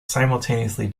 simultaneously